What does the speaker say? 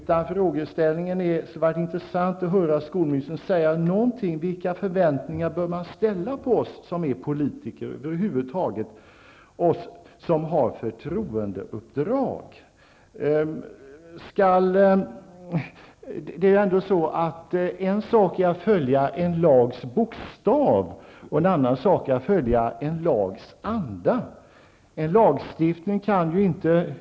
Det skulle vara intressant om skolministern ville säga något om vilka förväntningar man bör ställa på oss som är politiker och har förtroendeuppdrag. En sak är att följa en lags bokstav, och en annan sak är att följa en lags anda.